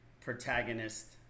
protagonist